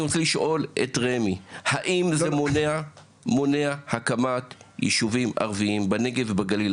אני רוצה לשאול את רמ"י האם זה מונע הקמת יישובים ערביים בנגב ובגליל,